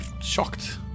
shocked